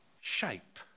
shape